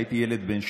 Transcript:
הייתי ילד בן שבע,